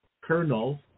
Colonel